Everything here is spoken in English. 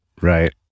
Right